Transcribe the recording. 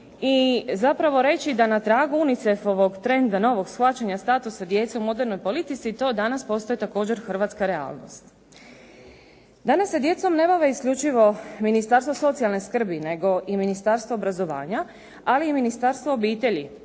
I zapravo reći da na tragu UNICEF-ovog trenda novog shvaćanja statusa djece u modernoj politici, to danas postaje također hrvatska realnost. Danas se djecom ne bave isključivo Ministarstvo socijalne skrbi nego i Ministarstvo obrazovanja, ali i Ministarstvo obitelji.